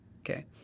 Okay